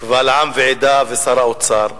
קבל עם ועדה ושר האוצר,